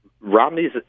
Romney's